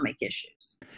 issues